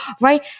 right